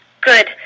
Good